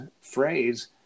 phrase